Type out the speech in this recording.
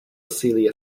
celia